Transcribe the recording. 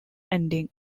ending